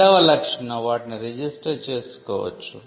రెండవ లక్షణం వాటిని రిజిస్టర్ చేసుకోవచ్చు